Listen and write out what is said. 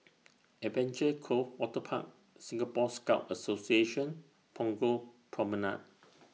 Adventure Cove Waterpark Singapore Scout Association Punggol Promenade